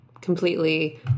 completely